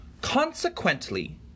consequently